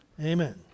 Amen